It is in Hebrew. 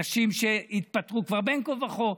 נשים שהתפטרו כבר בין כה וכה.